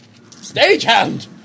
stagehand